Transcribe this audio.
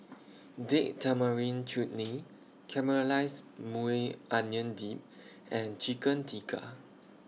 Date Tamarind Chutney Caramelized Maui Onion Dip and Chicken Tikka